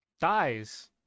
Dies